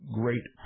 great